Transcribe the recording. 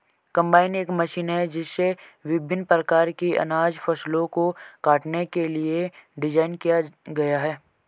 combine एक machine है जिसे विभिन्न प्रकार की अनाज फसलों को काटने के लिए डिज़ाइन किया गया है